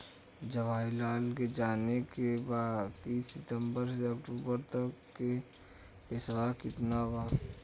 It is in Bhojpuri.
जवाहिर लाल के जाने के बा की सितंबर से अक्टूबर तक के पेसवा कितना बा?